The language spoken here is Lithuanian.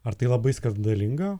ar tai labai skandalinga